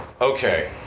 Okay